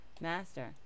Master